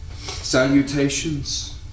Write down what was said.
Salutations